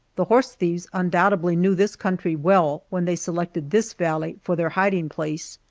the horse thieves undoubtedly knew this country well, when they selected this valley for their hiding place.